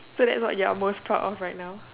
so that what you are most proud of right now